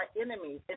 enemies